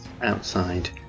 outside